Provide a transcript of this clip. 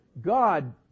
god